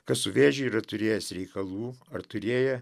kad su vėžiu yra turėjęs reikalų ar turėję